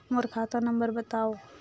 मोर खाता नम्बर बताव?